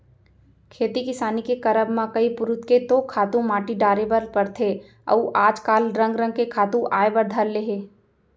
खेती किसानी के करब म कई पुरूत के तो खातू माटी डारे बर परथे अउ आज काल रंग रंग के खातू आय बर धर ले हे